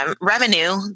Revenue